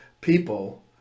people